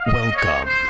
Welcome